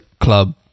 club